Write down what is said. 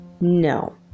No